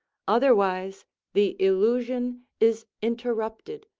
otherwise the illusion is interrupted,